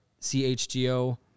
CHGO